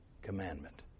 commandment